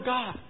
God